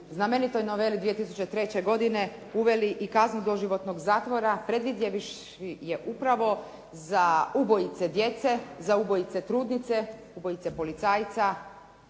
znamenitoj noveli 2003. godine, uveli i kaznu doživotnog zatvora, predvidjevši je upravo za ubojice djece, za ubojice trudnice, ubojice policajca,